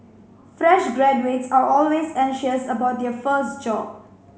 fresh graduates are always anxious about their first job